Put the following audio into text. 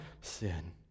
sin